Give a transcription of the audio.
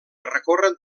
recorren